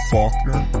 Faulkner